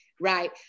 right